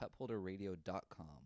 cupholderradio.com